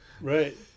Right